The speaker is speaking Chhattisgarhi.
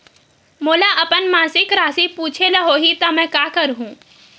मोला अपन मासिक राशि पूछे ल होही त मैं का करहु?